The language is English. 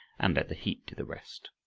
and let the heat do the rest.